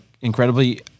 incredibly